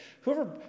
Whoever